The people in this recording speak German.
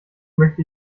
möchte